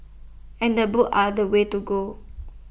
and books are the way to go